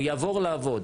והוא יעבור לעבוד.